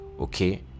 Okay